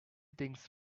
things